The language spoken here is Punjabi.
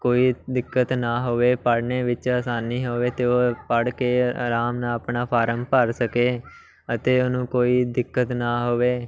ਕੋਈ ਦਿੱਕਤ ਨਾ ਹੋਵੇ ਪੜ੍ਹਨੇ ਵਿੱਚ ਆਸਾਨੀ ਹੋਵੇ ਅਤੇ ਉਹ ਪੜ੍ਹ ਕੇ ਆਰਾਮ ਨਾਲ ਆਪਣਾ ਫਾਰਮ ਭਰ ਸਕੇ ਅਤੇ ਉਹਨੂੰ ਕੋਈ ਦਿੱਕਤ ਨਾ ਹੋਵੇ